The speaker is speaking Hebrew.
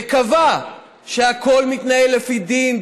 וקבע שהכול מתנהל לפי דין,